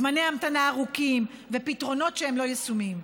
זמני המתנה ארוכים ופתרונות שהם לא יישומיים.